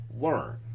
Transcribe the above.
learn